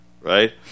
right